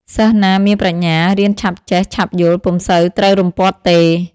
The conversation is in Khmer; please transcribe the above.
សិស្សណាមានប្រាជ្ញា រៀនឆាប់ចេះឆាប់យល់ពុំសូវត្រូវរំពាត់ទេ ។